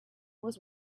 was